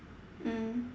mm